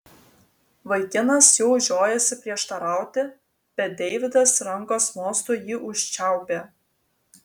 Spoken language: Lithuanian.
vaikinas jau žiojosi prieštarauti bet deividas rankos mostu jį užčiaupė